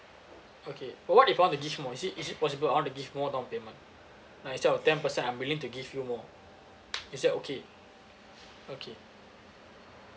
okay but what if I want to give more is it is it possible I want to give more down payment like instead of ten percent I'm willing to give you more is that okay okay